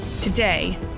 Today